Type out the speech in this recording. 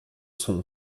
son